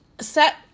set